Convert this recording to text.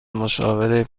مشاوره